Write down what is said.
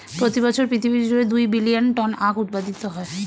প্রতি বছর পৃথিবী জুড়ে দুই বিলিয়ন টন আখ উৎপাদিত হয়